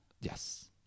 Yes